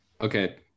Okay